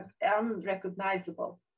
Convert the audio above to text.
unrecognizable